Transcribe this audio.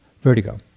Vertigo